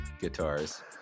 guitars